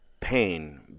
pain